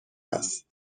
است